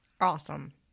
Awesome